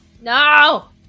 No